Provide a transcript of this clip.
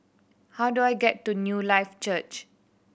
how do I get to Newlife Church